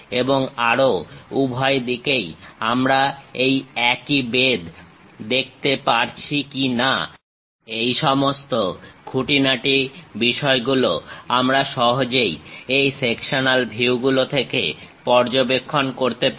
এবং আরো উভয়দিকেই আমরা এই একই বেধ দেখতে পারছি কি না এই সমস্ত খুঁটিনাটি বিষয়গুলো আমরা সহজেই এই সেকশনাল ভিউগুলো থেকে পর্যবেক্ষণ করতে পারি